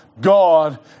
God